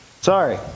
Sorry